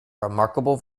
remarkable